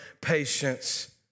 patience